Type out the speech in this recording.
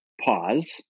pause